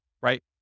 right